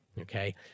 okay